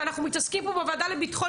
שאנחנו מתעסקים בהן כאן בוועדה לביטחון